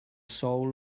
soul